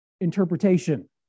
interpretation